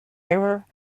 error